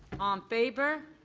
um favor.